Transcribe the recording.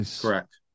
Correct